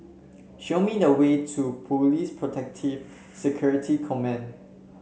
show me the way to Police Protective Security Command